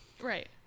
Right